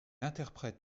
interprète